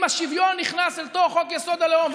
אם השוויון נכנס לתוך חוק-יסוד: הלאום,